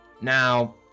Now